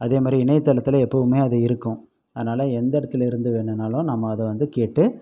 அதே மாதிரி இணையத்தளத்தில் எப்பவுமே அது இருக்கும் அதனால் எந்த இடத்துலருந்து வேணும்னாலும் நம்ம அதை வந்து கேட்டு